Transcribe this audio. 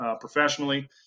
professionally